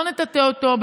שלא נטאטא אותו,